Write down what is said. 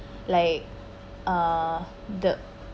like er the